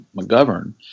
McGovern